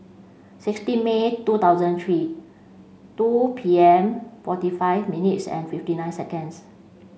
sixteen May twenty thousand three two P M forty five minutes and fifty nine seconds